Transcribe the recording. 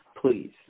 please